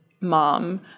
mom